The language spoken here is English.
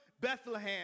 Bethlehem